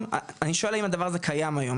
אני שואל האם הדבר הזה קיים היום?